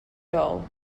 doll